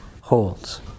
holds